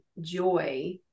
joy